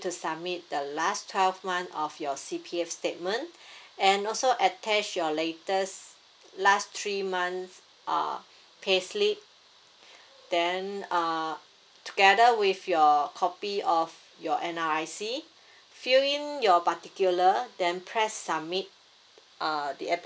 to summit the last twelve month of your C_P_F statement and also attach your latest last three month uh payslip then uh together with your copy of your N_R_I_C fill in your particular then press submit uh the application